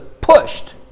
pushed